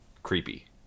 Creepy